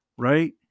Right